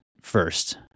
First